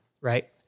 right